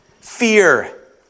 Fear